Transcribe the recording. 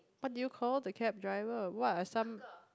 what do you call the cab driver what are some